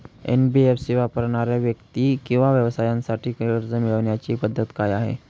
NBFC वापरणाऱ्या व्यक्ती किंवा व्यवसायांसाठी कर्ज मिळविण्याची पद्धत काय आहे?